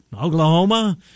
Oklahoma